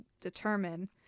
determine